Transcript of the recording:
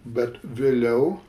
bet vėliau